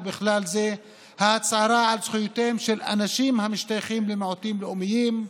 ובכלל זה ההצהרה על זכויותיהם של אנשים המשתייכים למיעוטים לאומיים,